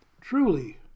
truly